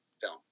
film